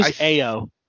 Ao